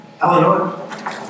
Eleanor